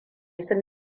sun